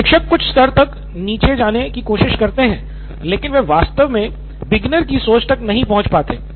शिक्षक कुछ स्तर तक नीचे जाने की कोशिश कर सकते हैं लेकिन वे वास्तव में बीगिन्नेर की सोच तक नहीं पहुंच पाते हैं